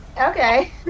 Okay